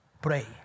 pray